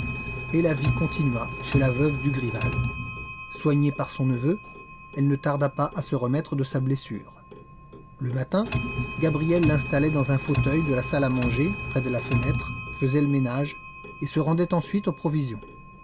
et la vie continua chez la veuve dugrival soignée par son neveu elle ne tarda pas à se remettre de sa blessure le matin gabriel l'installait dans un fauteuil de la salle à manger près de la fenêtre faisait le ménage et se rendait ensuite aux provisions